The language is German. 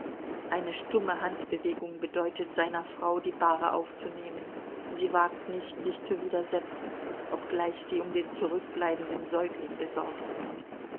eine stumme handbewegung bedeutet seiner frau die bahre aufzunehmen sie wagt nicht sich zu widersetzen obgleich sie um den zurückbleibenden säugling besorgt ist